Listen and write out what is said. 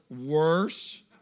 worse